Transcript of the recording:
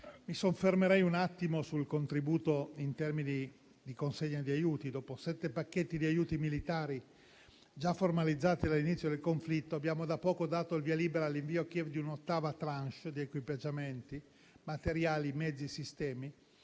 soffermarmi brevemente sul contributo nazionale in termini di consegna di aiuti. Dopo sette pacchetti di aiuti militari già formalizzati dall'inizio del conflitto, abbiamo da poco dato il via libera all'invio a Kiev di un'ottava *tranche* di equipaggiamenti, materiali, mezzi e sistemi,